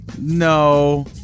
No